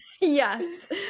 Yes